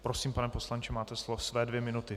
Prosím, pane poslanče, máte slovo, své dvě minuty.